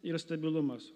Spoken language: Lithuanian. ir stabilumas